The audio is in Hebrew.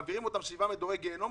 מעבירים אותם שבעה מדורי גיהינום,